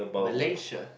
Malaysia